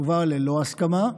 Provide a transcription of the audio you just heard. הוא הובא ללא הסכמה.